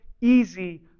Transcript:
easy